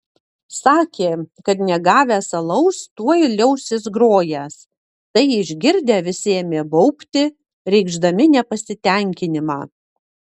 sakė kad negavęs alaus tuoj liausis grojęs tai išgirdę visi ėmė baubti reikšdami nepasitenkinimą